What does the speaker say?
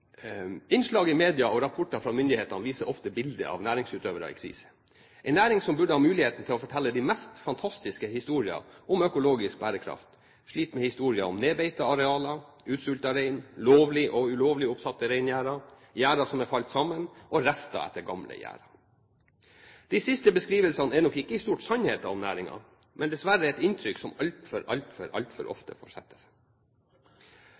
Innslag i media og rapporter fra myndighetene viser ofte bilder av næringsutøvere i krise. En næring som burde ha muligheten til å fortelle de mest fantastiske historier om økologisk bærekraft, sliter med historier om nedbeitede arealer, utsultede rein, lovlig og ulovlig oppsatte reingjerder, gjerder som er falt sammen og rester etter gamle gjerder. De siste beskrivelsene er nok ikke i stort sannheten om næringen, men dessverre et inntrykk som altfor, altfor